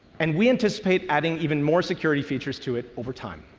and we anticipate adding even more security features to it over time.